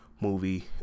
movie